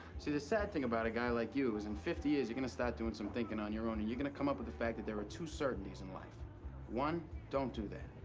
see, the sad thing about a guy like you is in fifty years you're gonna start doing some thinking on your own, and you're going to come up with the fact that there are two certainties in life one, don't do that,